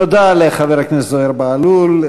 תודה לחבר הכנסת זוהיר בהלול.